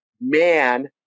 man